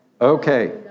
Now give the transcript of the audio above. Okay